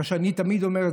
איך שאני תמיד אומר,